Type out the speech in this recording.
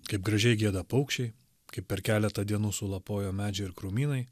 kaip gražiai gieda paukščiai kaip per keletą dienų sulapojo medžiai ir krūmynai